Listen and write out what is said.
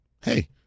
hey